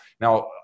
Now